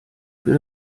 für